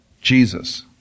Jesus